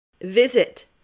Visit